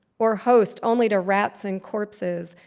or host only to rats and corpses,